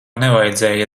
nevajadzēja